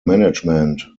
management